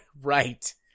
right